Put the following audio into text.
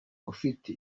ufite